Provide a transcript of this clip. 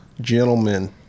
gentlemen